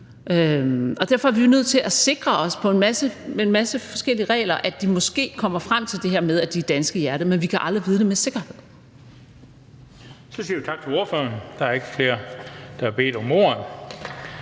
Derfor er vi jo nødt til at sikre os med en masse forskellige regler, at de måske kommer frem til det her med, at de er danske i hjertet. Men vi kan aldrig vide det med sikkerhed.